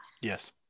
Yes